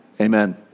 amen